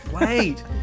wait